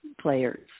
players